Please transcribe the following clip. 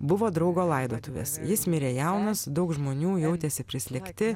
buvo draugo laidotuvės jis mirė jaunas daug žmonių jautėsi prislėgti